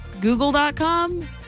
Google.com